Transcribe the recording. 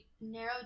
narrow